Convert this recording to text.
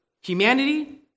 humanity